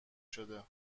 شده